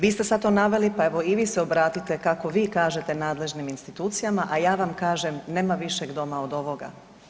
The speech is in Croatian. Vi ste sada tu naveli, pa evo i vi se obratite kako vi kažete nadležnim institucijama, a ja vam kažem nema višeg doma od ovoga.